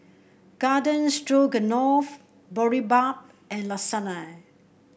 Garden Stroganoff Boribap and Lasagna